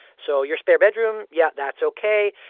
so your spare bedroom yeah. that's ok.